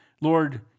Lord